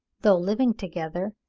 though living together,